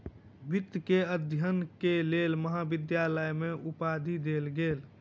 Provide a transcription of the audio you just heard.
वित्त के अध्ययन के लेल महाविद्यालय में उपाधि देल गेल